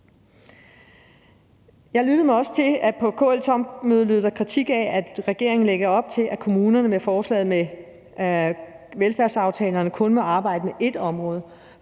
Jeg lyttede mig også til, at der på KL-topmødet lød kritik af, at regeringen lægger op til, at kommunerne med forslaget om velfærdsaftalerne kun må arbejde med ét område,